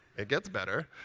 it gets better.